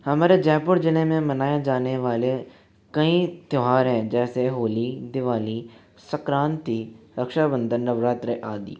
हमारे जयपुर ज़िले में मनाए जाने वाले कई त्योहार हैं जैसी होली दिवाली संक्रान्ति रक्षा बंधन नवरात्रि आदि